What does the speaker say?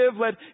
let